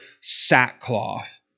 sackcloth